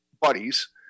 buddies